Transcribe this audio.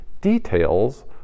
details